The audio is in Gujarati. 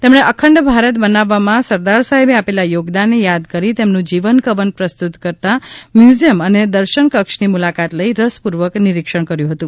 તેમણે અખંડ ભારત બનાવવામાં સરદાર સાહેબે આપેલા યોગદાનને યાદ કરી તેમનું જીવન કવન પ્રસ્તુત કરતા મ્યુઝીયમ અને દર્શન કક્ષની મુલાકાત લઇ રસપુર્વક નિરીક્ષણ કર્યુ હતુ